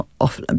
off